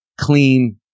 clean